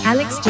Alex